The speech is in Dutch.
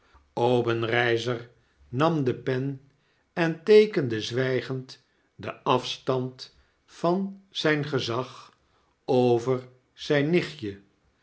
obenreizer nam de pen en teekende zwflgend den afstand van zyn gezag over zgn nichtje